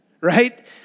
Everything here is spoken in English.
right